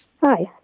Hi